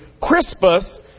Crispus